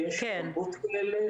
ויש רבות כאלה,